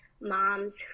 moms